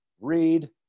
read